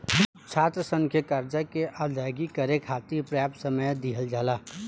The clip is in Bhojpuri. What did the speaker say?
छात्रसन के करजा के अदायगी करे खाति परयाप्त समय दिहल जाला